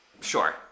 Sure